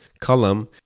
column